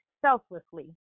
selflessly